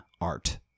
art